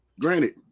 Granted